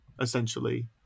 essentially